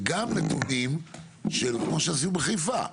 וגם נתונים כמו שעשינו בחיפה,